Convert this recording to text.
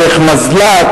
דרך מזל"ט,